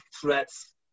threats